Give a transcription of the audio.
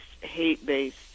hate-based